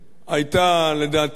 היתה, לדעתי,